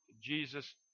Jesus